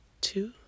two